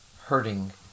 hurting